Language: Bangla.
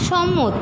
সম্মতি